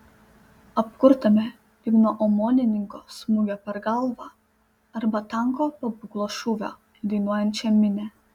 apkurtome lyg nuo omonininko smūgio per galvą arba tanko pabūklo šūvio į dainuojančią minią